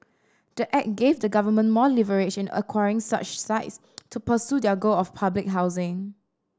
the act gave the government more leverage in acquiring such sites to pursue their goal of public housing